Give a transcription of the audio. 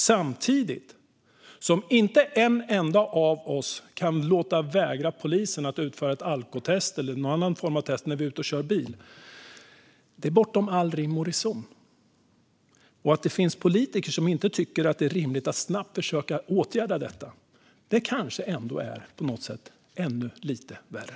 Samtidigt kan inte en enda av oss vägra att låta polisen ta ett alkotest eller någon annan form av test när vi är ute och kör bil. Men att det finns politiker som inte tycker att det är rimligt att snabbt försöka åtgärda detta är kanske ändå ännu lite värre.